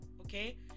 Okay